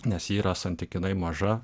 nes yra santykinai maža